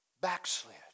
backslid